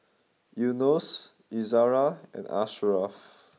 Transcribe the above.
Yunos Izzara and Ashraff